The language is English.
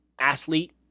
athlete